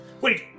Wait